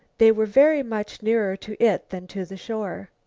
they were very much nearer to it than to the shore.